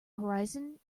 horizon